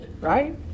Right